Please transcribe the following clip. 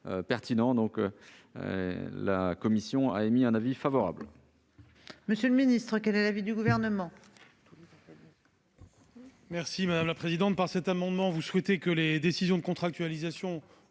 la commission a émis un avis défavorable